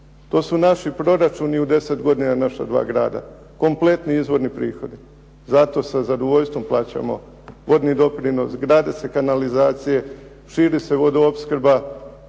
To su naši proračuni u 10 godina naša dva grada, kompletni izvorni prihodi. Zato sa zadovoljstvom plaćamo vodni doprinos. Grade se kanalizacije, širi se vodoopskrba